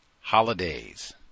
holidays